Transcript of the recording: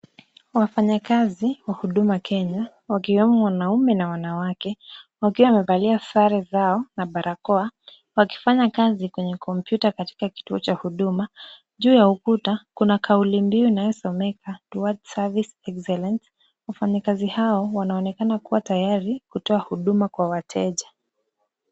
Wafanyakazi wa huduma Kenya, wakiwemo wanaume na wanawake, wakiwa wamevalia sare zao na barakoa, wakifanya kazi kwenye kompyuta katika kituo cha huduma, juu ya ukuta kuna kauli mbiu inayosomeka: 'What service excellence wafanye kazi hao wanaonekana kuwa tayari kutoa huduma kwa wateja.